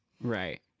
right